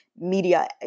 media –